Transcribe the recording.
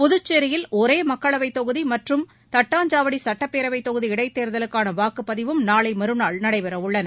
புதுச்சேரியில் ஒரே மக்களவைத் தொகுதி மற்றும் தட்டாஞ்சாவடி சட்டப்பேரவைத் தொகுதி இடைத்தேர்தலுக்கான வாக்குப்பதிவும் நாளை மறுநாள் நடைபெறவுள்ளன